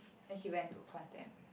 then she went to condemn